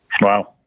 Wow